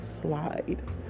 slide